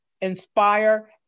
inspire